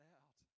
out